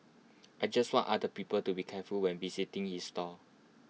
I just want other people to be careful when visiting this stall